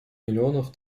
миллионов